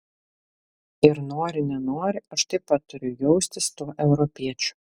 ir nori nenori aš taip pat turiu jaustis tuo europiečiu